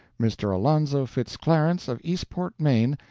mr. alonzo fitz clarence, of eastport, maine,